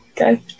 Okay